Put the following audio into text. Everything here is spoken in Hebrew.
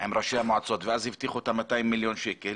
עם ראשי המועצות ואז הבטיחו 200 מיליון שקל